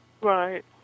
Right